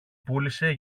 πούλησε